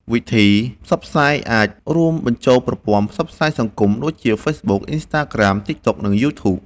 វិធីផ្សព្វផ្សាយអាចរួមបញ្ចូលប្រព័ន្ធផ្សព្វផ្សាយសង្គម ដូចជា ហ្វេសប៊ុក អុិនស្តារក្រាម ទីកតុក និងយូធូប